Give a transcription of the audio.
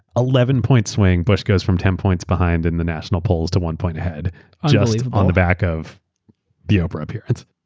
eleven point swing. bush goes from ten points behind in the national polls to one point ahead just on the back of the oprah appearance.